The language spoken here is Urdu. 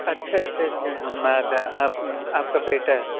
اچھا اچھا اچھا میں آپ کا بیٹا ہے